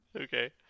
Okay